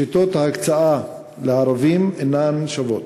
שיטות ההקצאה לערבים אינן שוות.